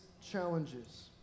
challenges